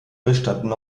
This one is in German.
bestanden